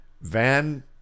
Van